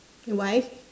why